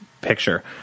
picture